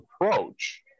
approach